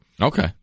Okay